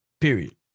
Period